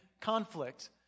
conflict